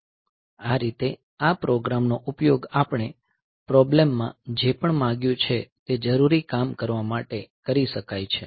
આ રીતે આ પ્રોગ્રામ નો ઉપયોગ આપણે પ્રોબ્લેમ માં જે પણ માંગ્યું છે તે જરૂરી કામ કરવા માટે કરી શકાય છે